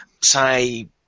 say